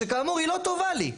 שכאמור היא לא טובה לי.